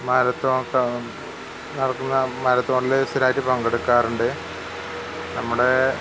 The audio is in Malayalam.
മാരത്തോൺ നടത്തുന്ന മാരത്തോണില് സ്ഥിരമായിട്ട് പങ്കെടുക്കാറുണ്ട് നമ്മുടെ